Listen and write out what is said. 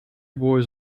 boys